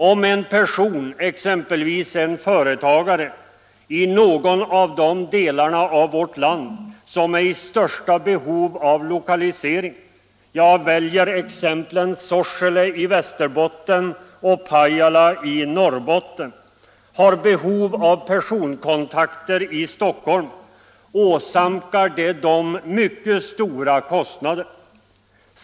Om en person, exempelvis en företagare i någon av de delar av vårt land som är i största behov av lokalisering — jag väljer exemplen Sorsele i Västerbotten och Pajala i Norrbotten —, har behov av personkontakter i Stockholm, åsamkar det honom mycket stora kostnader.